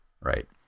Right